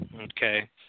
Okay